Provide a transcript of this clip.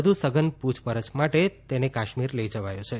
વધુ સધન પુછપરછ માટે તેને કાશ્મીર લઇ જવાયો છે